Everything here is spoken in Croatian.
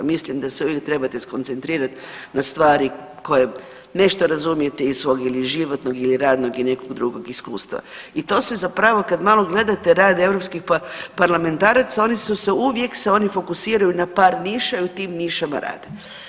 Mislim da se uvijek trebate skoncentrirati na stvari koje nešto razumijete iz svog ili životnog ili radnog ili nekog drugog iskustva i to se zapravo kad malo gledate rad europskih parlamentaraca oni su se uvijek, oni se uvijek fokusiraju na par niša i u tim nišama rade.